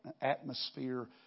atmosphere